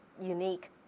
unique